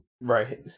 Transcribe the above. Right